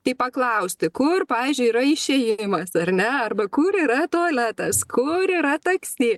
tai paklausti kur pavyzdžiui yra išėjimas ar ne arba kur yra tualetas kur yra taksi